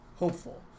hopeful